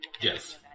Yes